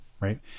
Right